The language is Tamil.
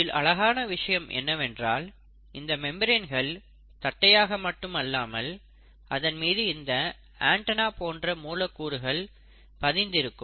இதில் அழகான விஷயம் என்னவென்றால் இந்த மெம்பரேன்கள் தட்டையாக மட்டுமில்லாமல் அதன் மீது இந்த ஆண்டனா போன்ற மூலக்கூறுகள் பதிந்து இருக்கும்